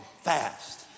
fast